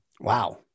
Wow